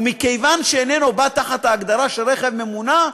ומכיוון שאיננו בא תחת ההגדרה של רכב ממונע,